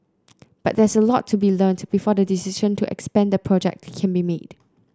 but there's a lot to be learnt before the decision to expand the project can be made